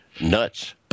nuts